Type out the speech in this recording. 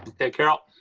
and okay, carol.